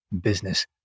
Business